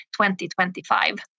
2025